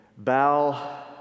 bow